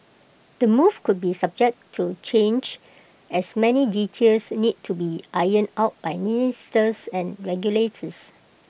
the move could be subject to change as many details need to be ironed out by ministries and regulators